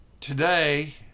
Today